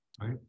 Right